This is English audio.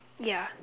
yeah